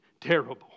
terrible